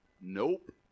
Nope